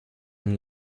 une